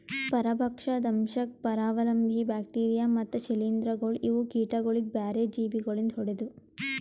ಪರಭಕ್ಷ, ದಂಶಕ್, ಪರಾವಲಂಬಿ, ಬ್ಯಾಕ್ಟೀರಿಯಾ ಮತ್ತ್ ಶ್ರೀಲಿಂಧಗೊಳ್ ಇವು ಕೀಟಗೊಳಿಗ್ ಬ್ಯಾರೆ ಜೀವಿ ಗೊಳಿಂದ್ ಹೊಡೆದು